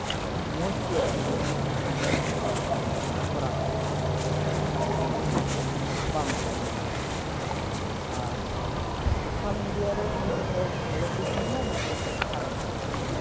ᱢᱚᱡᱽ ᱛᱮ ᱟᱹᱜᱩᱭ ᱦᱩᱭᱩᱜᱼᱟ ᱚᱱᱟ ᱢᱚᱡᱽ ᱠᱚ ᱠᱚᱨᱟᱣ ᱫᱟᱲᱮᱭᱟᱜ ᱠᱟᱱᱟ ᱡᱟᱦᱟᱸ ᱫᱚ ᱢᱤᱫ ᱦᱚᱲᱛᱮ ᱵᱟᱢ ᱫᱟᱲᱮᱭᱟᱜᱼᱟ ᱢᱤᱫ ᱵᱟᱨ ᱦᱚᱲᱛᱮ ᱟᱨ ᱥᱳᱥᱟᱞ ᱢᱤᱰᱤᱭᱟ ᱨᱮ ᱢᱤᱫ ᱫᱚ ᱵᱷᱟᱞᱮ ᱫᱤᱠ ᱦᱚᱸ ᱢᱮᱱᱟᱜᱼᱟ ᱢᱤᱫᱴᱮᱱ ᱫᱚ ᱠᱷᱟᱨᱟᱯ ᱫᱤᱠ ᱦᱚᱸ ᱢᱮᱱᱟᱜᱼᱟ